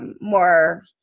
more